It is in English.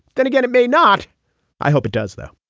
then again, it may not i hope it does, though.